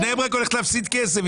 בני ברק הולכת להפסיד כסף,